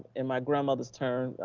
and my grandmother's term,